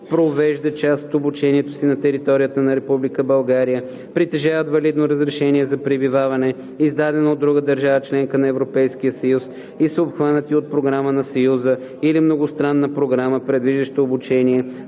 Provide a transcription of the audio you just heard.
провеждат част от обучението си на територията на Република България, притежават валидно разрешение за пребиваване, издадено от друга държава – членка на Европейския съюз, и са обхванати от програма на Съюза или многостранна програма, предвиждаща обучение